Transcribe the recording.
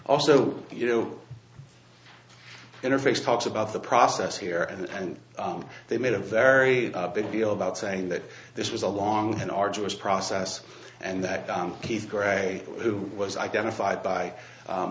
also you know interface talks about the process here and they made a very big deal about saying that this was a long and arduous process and that he's gray who was identified by